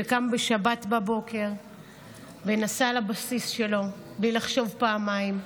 שקם בשבת בבוקר ונסע לבסיס שלו בלי לחשוב פעמיים,